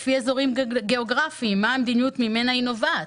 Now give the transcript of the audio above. לפי אזורים גיאוגרפיים ומה המדיניות ממנה היא נובעת.